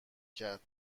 کرد